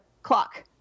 clock